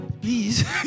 please